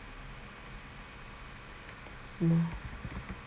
mm